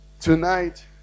Tonight